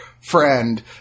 friend